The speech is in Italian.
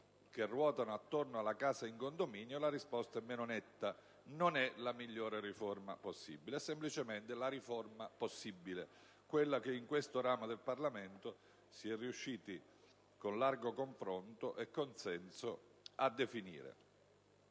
che ruotano attorno alla casa in condominio la risposta è meno netta: non è la migliore riforma possibile; è semplicemente la riforma possibile, quella che in questo ramo del Parlamento si è riusciti, con largo confronto e consenso, a definire.